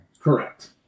correct